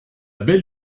belle